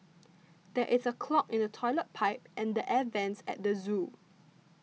there is a clog in the Toilet Pipe and the Air Vents at the zoo